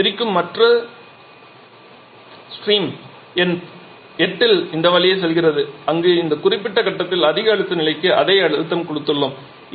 நாம் இங்கு பிரிக்கும் மற்ற ஸ்ட்ரீம் புள்ளி எண் 8 இல் இந்த வழியே செல்கிறது அங்கு இந்த குறிப்பிட்ட கட்டத்தில் அதிக அழுத்த நிலைக்கு அதை அழுத்தம் கொடுத்துள்ளோம்